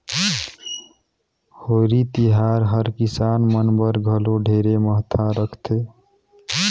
होरी तिहार हर किसान मन बर घलो ढेरे महत्ता रखथे